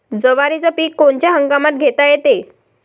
जवारीचं पीक कोनच्या हंगामात घेता येते?